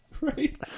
Right